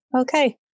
Okay